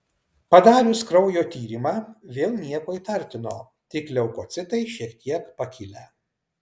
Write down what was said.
padarius kraujo tyrimą vėl nieko įtartino tik leukocitai šiek tiek pakilę